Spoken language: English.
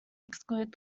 exclude